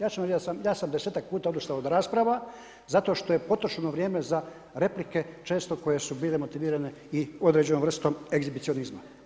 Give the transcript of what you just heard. Ja ću vam reći ja sam 10-tak puta odustao od rasprava zato što je potrošeno vrijeme za replike često koje su bile motivirane i određenom vrstom egzibicionizma.